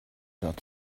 dort